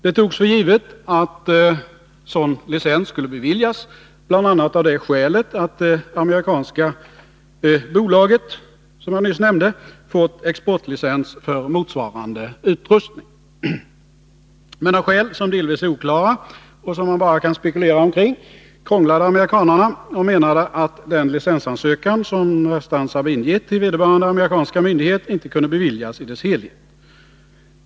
Det togs för givet att sådan licens skulle beviljas, bl.a. av det skälet att det amerikanska bolaget fått exportlicens för motsvarande utrustning. Men av skäl som delvis är oklara och som man bara kan spekulera omkring krånglade amerikanarna och menade att den licensansökan som Stansaab ingett till vederbörande amerikanska myndighet inte kunde beviljas i sin helhet.